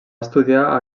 estudiar